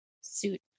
suit